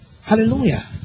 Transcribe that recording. Hallelujah